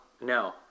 No